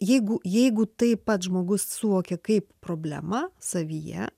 jeigu jeigu tai pats žmogus suvokia kaip problemą savyje